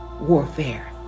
Warfare